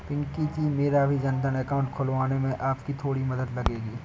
पिंकी जी मेरा भी जनधन अकाउंट खुलवाने में आपकी थोड़ी मदद लगेगी